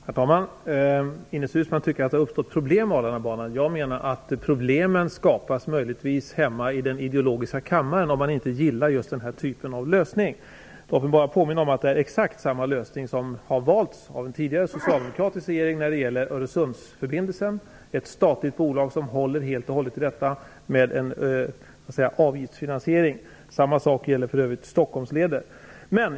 Herr talman! Ines Uusmann tycker att det har uppstått problem med Arlandabanan. Jag menar att problemen möjligtvis skapas hemma i den ideologiska kammaren, om man inte gillar just den här typen av lösning. Jag vill påminna om att det är exakt samma typ av lösning som har valts av en tidigare socialdemokratisk lösning när det gäller Öresundsförbindelsen, dvs. ett statligt bolag som helt och hållet håller i avgiftsfinansieringen. Samma sak gäller för övrigt för Stockholmsleden.